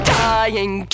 dying